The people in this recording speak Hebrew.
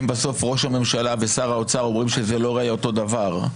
אם בסוף ראש הממשלה ושר האוצר אומרים שזה לא ייראה אותו הדבר,